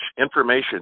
information